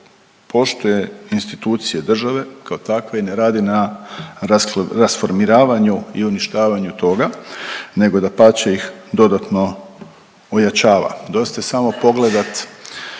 poštuje institucije države kao takve i ne radi na rasformiravanju i uništavanju toga nego dapače ih dodatno ojača. Dosta je samo pogledat